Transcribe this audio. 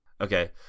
okay